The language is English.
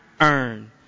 earn